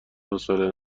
حوصله